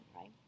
right